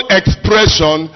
expression